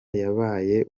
yabaye